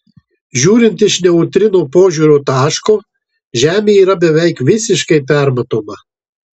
žiūrint iš neutrino požiūrio taško žemė yra beveik visiškai permatoma